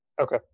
Okay